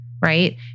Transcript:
Right